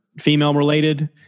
female-related